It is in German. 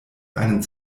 einen